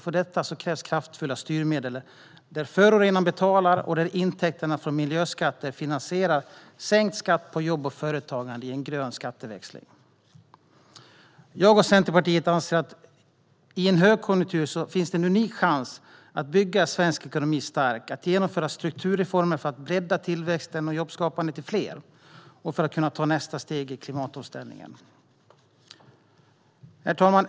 För detta krävs kraftfulla styrmedel, där förorenaren betalar och där intäkterna från miljöskatter finansierar sänkt skatt på jobb och företagande i en grön skatteväxling. Jag och Centerpartiet anser att det i en högkonjunktur finns en unik chans att bygga svensk ekonomi stark, att genomföra strukturreformer för att bredda tillväxten och skapa jobb till fler för att kunna ta nästa steg i klimatomställningen. Herr talman!